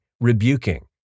rebuking